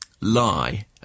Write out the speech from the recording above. lie